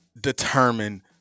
determine